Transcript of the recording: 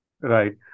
Right